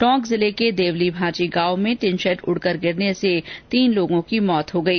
talk जिले के देवली भांची गांव में टिनशेड उडकर गिरने से तीन लोगों की मौत हो गई